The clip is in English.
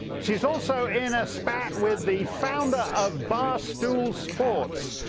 she is also in a spat with the founder of bar stool sports.